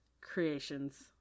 creations